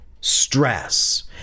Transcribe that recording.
stress